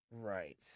Right